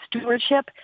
stewardship